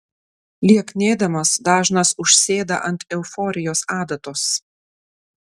lieknėdamas dažnas užsėda ant euforijos adatos